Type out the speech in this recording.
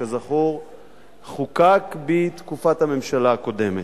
שכזכור חוקק בתקופת הממשלה הקודמת.